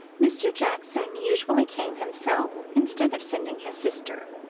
mr. jackson usually came himself instead of sending his sister.